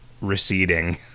receding